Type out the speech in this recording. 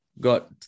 got